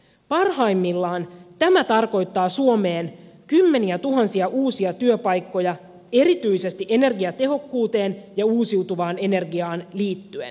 parhaimmillaan tämä tarkoittaa suomeen kymmeniätuhansia uusia työpaikkoja erityisesti energiatehokkuuteen ja uusiutuvaan energiaan liittyen